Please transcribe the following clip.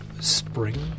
spring